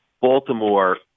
Baltimore